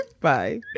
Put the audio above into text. Bye